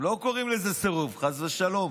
הם לא קוראים לזה סירוב, חס ושלום,